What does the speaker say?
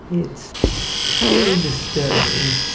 it's still disturbing.